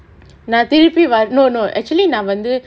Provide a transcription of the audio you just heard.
நான் திருப்பி வரனோனு:naan thiruppi varanonnu actually நா வந்து:naa vanthu